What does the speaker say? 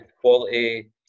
quality